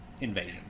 invasion